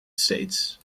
states